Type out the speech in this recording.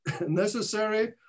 necessary